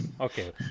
Okay